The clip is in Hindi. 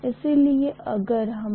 इसलिए में इसे के रूप में लिख सकता हूँ